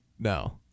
No